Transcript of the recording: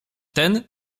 ten